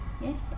Yes